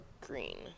green